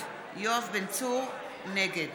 נגד